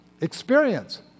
experience